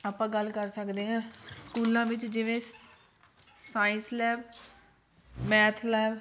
ਆਪਾਂ ਗੱਲ ਕਰ ਸਕਦੇ ਹਾਂ ਸਕੂਲਾਂ ਵਿੱਚ ਜਿਵੇਂ ਸ ਸਾਇੰਸ ਲੈਬ ਮੈਥ ਲੈਬ